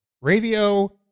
radio